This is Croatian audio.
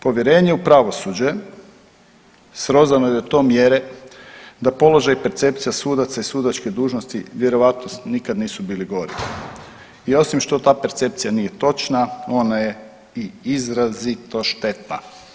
Povjerenje u pravosuđe srozano je do te mjere da položaj percepcija sudaca i sudačke dužnosti vjerovatno nikada nisu bili gori i osim što ta percepcija nije točna ona je i izrazito štetna.